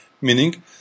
Meaning